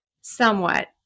Somewhat